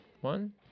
One